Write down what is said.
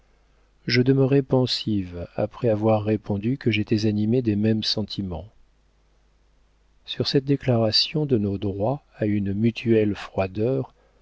je demeurai pensive après avoir répondu que j'étais animée des mêmes sentiments sur cette déclaration de nos droits à une mutuelle froideur